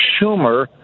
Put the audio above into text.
Schumer